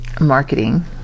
marketing